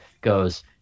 goes